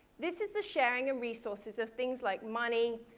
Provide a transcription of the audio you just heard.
this is the sharing of resources of things like money,